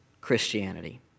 Christianity